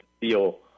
feel